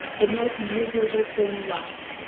the most miserable thing alive.